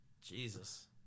Jesus